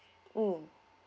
mm